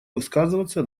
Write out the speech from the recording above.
высказываться